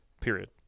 period